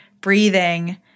breathing